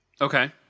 Okay